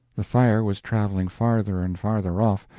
the fire was traveling farther and farther off.